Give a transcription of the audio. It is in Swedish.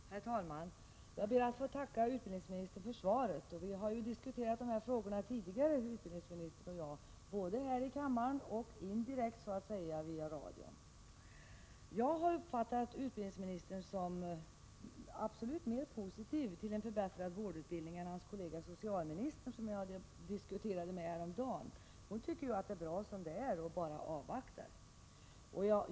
Herr talman! Jag ber att få tacka utbildningsministern för svaret. Utbildningsministern och jag har diskuterat dessa frågor tidigare, både här i kammaren och så att säga indirekt via radion. Jag har uppfattat utbildningsministern såsom absolut mer positiv till en förbättrad vårdutbildning än hans kollega socialministern, som jag diskuterade med häromdagen. Hon tycker att det är bra som det är och bara avvaktar.